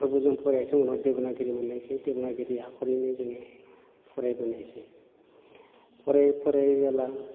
खौबो जों फरायासै उनाव देब'नागिरि मोननायसै देब'नागिरि आख'रैनो जोङो फरायबोनायसै फरायै फरायै जेला